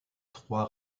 trois